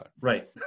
Right